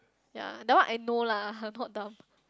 yea that one I know lah I'm not dumb